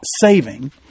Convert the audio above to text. saving